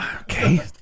Okay